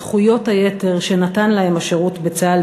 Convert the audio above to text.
זכויות היתר שנתן להם השירות בצה"ל,